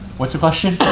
what's the question?